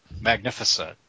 magnificent